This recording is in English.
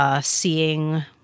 Seeing